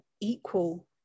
equal